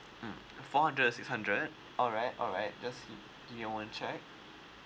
mm four hundred and six hundred alright alright just give me a moment I check